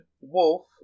Wolf